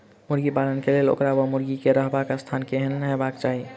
मुर्गी पालन केँ लेल ओकर वा मुर्गी केँ रहबाक स्थान केहन हेबाक चाहि?